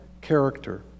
character